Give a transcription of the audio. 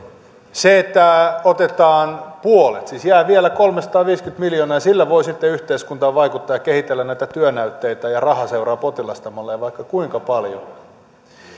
esittänyt kun otetaan puolet jää siis vielä kolmesataaviisikymmentä miljoonaa ja sillä voi sitten yhteiskuntaan vaikuttaa ja kehitellä näitä työnäytteitä ja raha seuraa potilasta mallia vaikka kuinka paljon